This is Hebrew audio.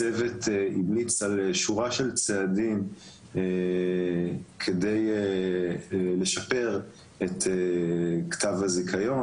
הצוות המליץ על שורה של צעדים כדי לשפר את כתב הזיכיון,